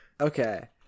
Okay